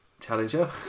challenger